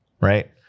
Right